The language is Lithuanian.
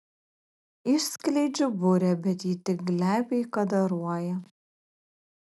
išskleidžiu burę bet ji tik glebiai kadaruoja